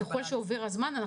ככל שעובר הזמן,